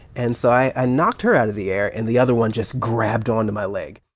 and so i knocked her out of the air, and the other one just grabbed on to my leg.